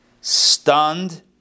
stunned